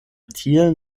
tiel